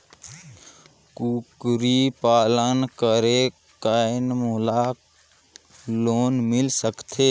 कूकरी पालन करे कौन मोला लोन मिल सकथे?